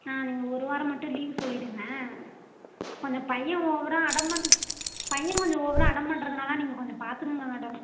ஆ நீங்கள் ஒரு வாரம் மட்டும் லீவு சொல்லிடுங்க அந்த பையன் ஓவராக அடம் பண்ரா பையன் கொஞ்சம் ஓவராக அடம் பண்ணுறதனால நீங்கள் கொஞ்சம் பார்த்துக்கோங்க மேடம்